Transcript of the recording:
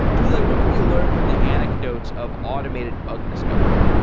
dule, what can we learn from the anecdotes of automated bug discovery?